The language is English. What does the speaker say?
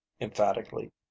emphatically